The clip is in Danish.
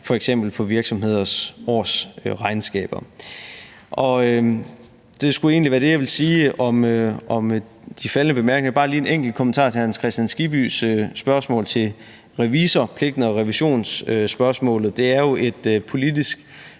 f.eks. for virksomheders årsregnskaber. Det skulle egentlig være det, jeg ville sige om de faldne bemærkninger. Jeg har bare en enkelt kommentar til Hans Kristian Skibbys spørgsmål til revisorpligten og revisionsspørgsmålet. Det er jo desværre